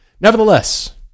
Nevertheless